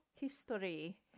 History